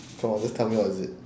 come on just tell me what is it